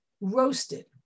roasted